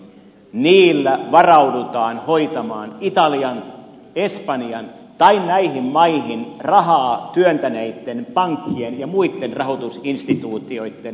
niillä varaudutaan hoitamaan italian espanjan tai näihin maihin rahaa työntäneitten pankkien ja muitten rahoitusinstituutioitten vastuita